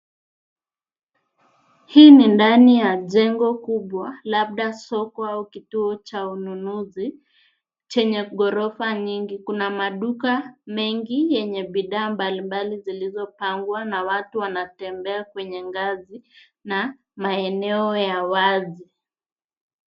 Hii ni ndani ya jengo kubwa, labda soko ama kituo cha ununuzi, chenye gorofa nyingi. Kuna maduka mengi yenye bidhaa mbali mbali zilizopangwa na watu wanatembea kwenye ngazi na maeneo ya wazi.